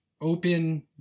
open